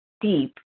deep